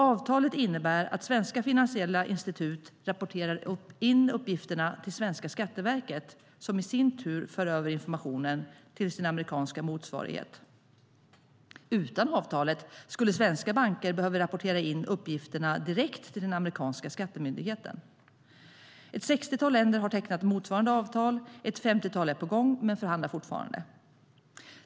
Avtalet innebär att svenska finansiella institut rapporterar in uppgifterna till svenska Skatteverket, som i sin tur för över informationen till sin amerikanska motsvarighet. Utan avtalet skulle svenska banker behöva rapportera in uppgifterna direkt till den amerikanska skattemyndigheten. Ett 60-tal länder har tecknat motsvarande avtal. Ett 50-tal är på gång men förhandlar fortfarande.